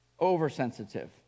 oversensitive